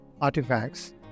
artifacts